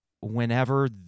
whenever